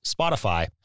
Spotify